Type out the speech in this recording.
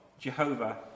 Jehovah